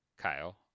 Kyle